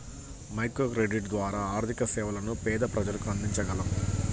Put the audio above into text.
microcredit ద్వారా ఆర్థిక సేవలను పేద ప్రజలకు అందించగలం